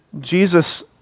Jesus